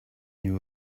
knew